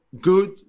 good